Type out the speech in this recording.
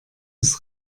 ist